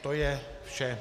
To je vše.